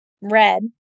red